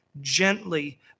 gently